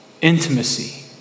intimacy